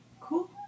Cool